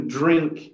drink